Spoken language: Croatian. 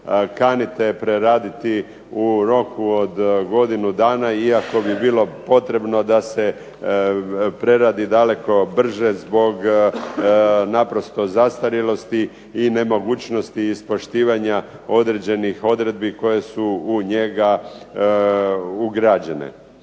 kanite preraditi u roku od godine dana, iako bi bilo potrebno da se preradi brže zbog naprosto zastarjelosti i nemogućnosti ispoštivanja određenih odredbi koje su u njega ugrađene.